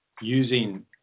using